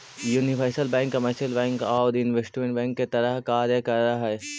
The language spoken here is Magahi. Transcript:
यूनिवर्सल बैंक कमर्शियल बैंक आउ इन्वेस्टमेंट बैंक के तरह कार्य कर हइ